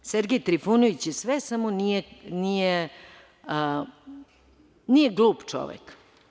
Sergej Trifunović je sve, samo nije glup čovek.